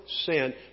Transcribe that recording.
sin